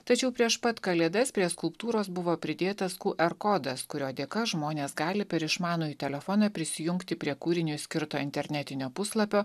tačiau prieš pat kalėdas prie skulptūros buvo pridėtas qr kodas kurio dėka žmonės gali per išmanųjį telefoną prisijungti prie kūriniui skirto internetinio puslapio